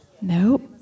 Nope